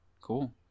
Cool